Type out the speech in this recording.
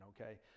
okay